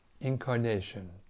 incarnation